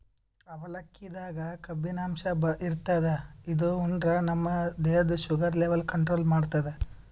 ಅವಲಕ್ಕಿದಾಗ್ ಕಬ್ಬಿನಾಂಶ ಇರ್ತದ್ ಇದು ಉಂಡ್ರ ನಮ್ ದೇಹದ್ದ್ ಶುಗರ್ ಲೆವೆಲ್ ಕಂಟ್ರೋಲ್ ಮಾಡ್ತದ್